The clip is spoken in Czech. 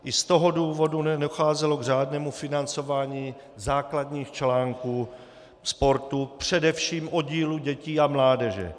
I z toho důvodu nedocházelo k řádnému financování základních článků sportu, především oddílů dětí a mládeže.